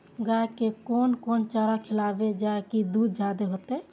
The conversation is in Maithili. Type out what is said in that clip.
गाय के कोन कोन चारा खिलाबे जा की दूध जादे होते?